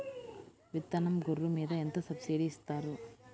విత్తనం గొర్రు మీద ఎంత సబ్సిడీ ఇస్తారు?